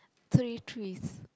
three threes